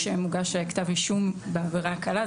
כאשר מוגש כתב אישום בעבירה הקלה,